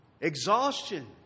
Exhaustion